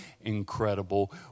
incredible